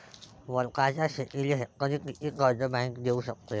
वलताच्या शेतीले हेक्टरी किती कर्ज बँक देऊ शकते?